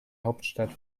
hauptstadt